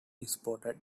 spotted